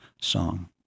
song